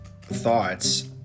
thoughts